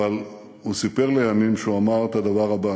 אבל הוא סיפר לימים שהוא אמר את הדבר הבא: